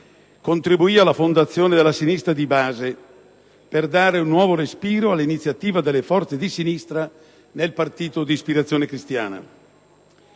contribuì alla fondazione della Sinistra di Base, per dare un nuovo respiro all'iniziativa delle forze di sinistra nel partito di ispirazione cristiana.